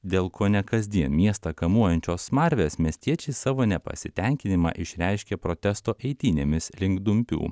dėl kone kasdien miestą kamuojančios smarvės miestiečiai savo nepasitenkinimą išreiškė protesto eitynėmis link dumpių